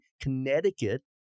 connecticut